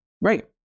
Right